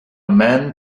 man